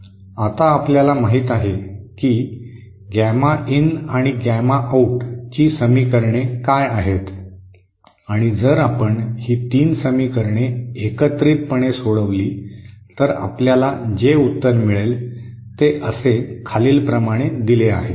आता आपल्याला माहित आहे की गॅमा इन आणि गॅमा आऊट ची समीकरणे काय आहेत आणि जर आपण ही 3 समीकरणे एकत्रितपणे सोडविली तर आपल्याला जे उत्तर मिळेल ते असे खालील प्रमाणे दिले आहे